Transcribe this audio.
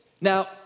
Now